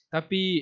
Tapi